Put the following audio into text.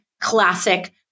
classic